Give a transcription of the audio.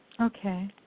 Okay